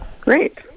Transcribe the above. Great